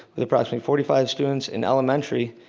with approximately forty five students in elementary,